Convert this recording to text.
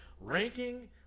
Ranking